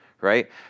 right